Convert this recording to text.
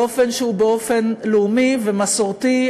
באופן שהוא לאומי ומסורתי,